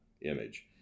image